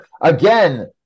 again